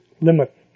limit